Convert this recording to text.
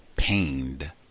Pained